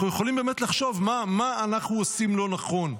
אנחנו יכולים באמת לחשוב מה אנחנו עושים לא נכון.